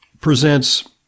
presents